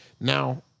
Now